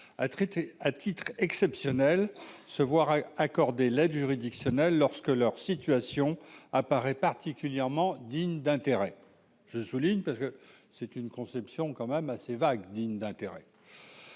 à titre exceptionnel, se voir accorder l'aide juridictionnelle, lorsque leur situation apparaît particulièrement digne d'intérêt je souligne, parce que c'est une conception quand même assez vague dignes d'intérêt.